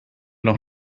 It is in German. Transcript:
noch